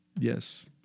Yes